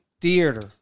theater